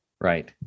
Right